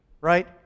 right